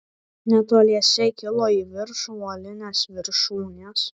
netoliese kilo į viršų uolinės viršūnės